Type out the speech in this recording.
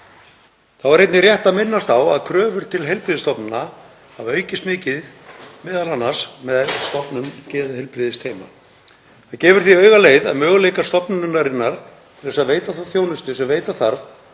Þá er einnig rétt að minnast á að kröfur til heilbrigðisstofnana hafa aukist mikið, m.a. með stofnun geðheilbrigðisteyma. Það gefur því augaleið að möguleikar stofnunarinnar til að veita þá þjónustu sem veita þarf